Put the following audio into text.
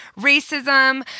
racism